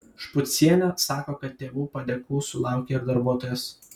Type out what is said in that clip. špucienė sako kad tėvų padėkų sulaukia ir darbuotojos